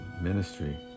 ministry